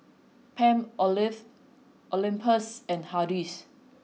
Palmolive Olympus and Hardy's